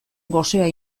gosea